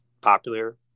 popular